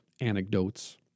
anecdotes